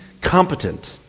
competent